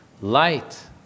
light